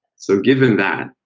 so, given that,